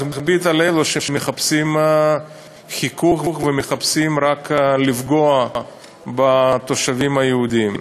ולהכביד על אלו שמחפשים חיכוך ומחפשים רק לפגוע בתושבים יהודים.